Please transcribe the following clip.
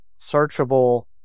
searchable